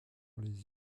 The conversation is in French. les